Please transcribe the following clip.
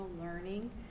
learning